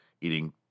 eating